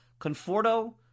Conforto